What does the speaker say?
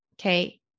Okay